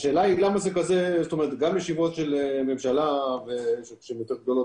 גם ישיבות של ממשלה שהן יותר גדולות